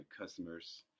customers